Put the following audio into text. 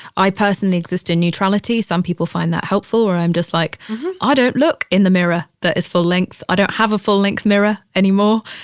i personally exist in neutrality. some people find that helpful, where i'm just like i ah don't look in the mirror that is full length. i don't have a full length mirror anymore.